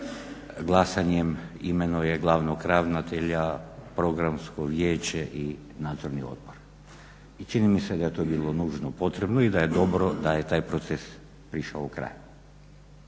glasanjem imenuje glavnog ravnatelja, Programsko vijeće i Nadzorni odbor. I čini mi se da je to bilo nužno potrebno i da je dobro da je taj proces prišao u kraj.